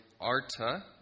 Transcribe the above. Arta